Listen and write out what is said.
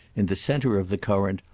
in the centre of the current,